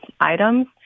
items